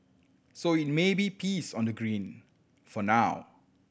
so it may be peace on the green for now